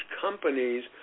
companies